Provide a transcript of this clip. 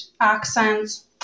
accents